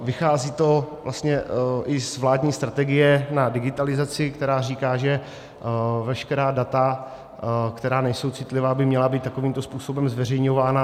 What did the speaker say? Vychází to vlastně i z vládní strategie na digitalizaci, která říká, že veškerá data, která nejsou citlivá, by měla být takovýmto způsobem zveřejňována.